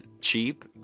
cheap